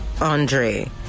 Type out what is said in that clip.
Andre